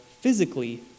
physically